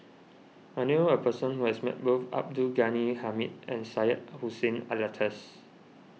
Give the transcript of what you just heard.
I knew a person who has met both Abdul Ghani Hamid and Syed Hussein Alatas